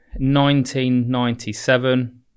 1997